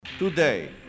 Today